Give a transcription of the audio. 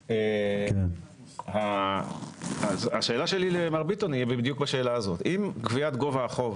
אז השאלה שלי למר ביטון היא בדיוק בשאלה הזאת: אם גביית גובה החוב